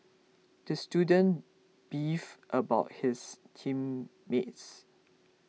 the student beefed about his team meets